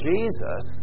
Jesus